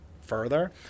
further